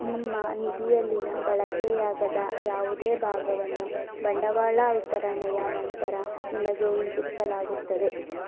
ನಿಮ್ಮ ನಿಧಿಯಲ್ಲಿನ ಬಳಕೆಯಾಗದ ಯಾವುದೇ ಭಾಗವನ್ನು ಬಂಡವಾಳ ವಿತರಣೆಯ ನಂತರ ನಿಮಗೆ ಹಿಂತಿರುಗಿಸಲಾಗುತ್ತದೆ